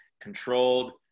controlled